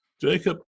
Jacob